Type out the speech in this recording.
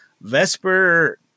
Vesper